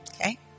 okay